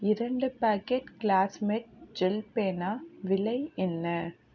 இரண்டு packet Classmate gel பேனா விலை என்ன